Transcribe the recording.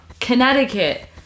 Connecticut